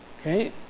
okay